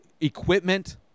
equipment